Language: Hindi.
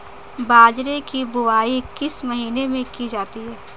बाजरे की बुवाई किस महीने में की जाती है?